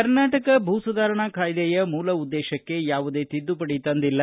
ಕರ್ನಾಟಕ ಭೂ ಸುಧಾರಣಾ ಕಾಯ್ದೆಯ ಮೂಲ ಉದ್ದೇಶಕ್ಕೆ ಯಾವುದೇ ತಿದ್ದುಪಡಿ ತಂದಿಲ್ಲ